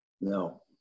no